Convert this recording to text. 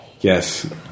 Yes